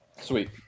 Sweet